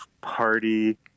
party